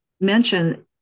mention